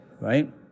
right